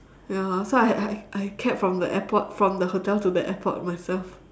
ya lah so I I I cab from the airport from the hotel to the airport myself